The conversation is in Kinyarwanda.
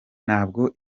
ntabwo